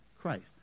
Christ